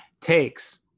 takes